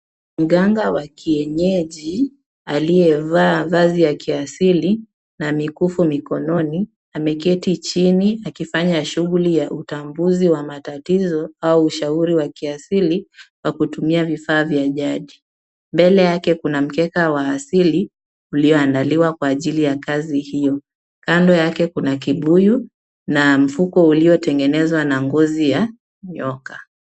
Mganga wa kienyeji aliyevaa vazi ya kiasili na mikufu mikononi. Ameketi chini akifanya shughuli ya utambuzi wa tatizo au ushauri wa kiasili kwa kutumia vifaa vya jadi. Mbele yake kuna mkeka wa asili ulioandaliwa kwa ajili ya kazi hiyo. Kando yake kuna kibuyu na mfuko uliotengenezwa na ngozi ya nyoka.